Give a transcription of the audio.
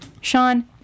Sean